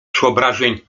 przeobrażeń